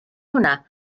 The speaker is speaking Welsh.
hwnna